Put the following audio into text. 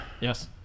Yes